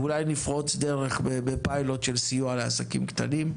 ושאולי נפרוץ דרך בפיילוט של סיוע לעסקים קטנים.